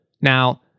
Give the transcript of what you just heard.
Now